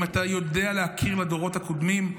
אם אתה יודע להכיר בדורות הקודמים,